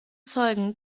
zeugen